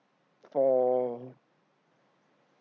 for